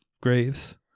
graves